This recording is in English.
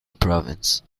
province